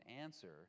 answer